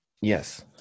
yes